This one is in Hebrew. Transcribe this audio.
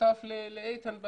שותף לדעה של איתן,